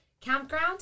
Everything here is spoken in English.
campground